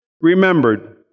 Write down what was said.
remembered